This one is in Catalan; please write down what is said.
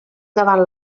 davant